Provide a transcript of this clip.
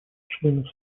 членов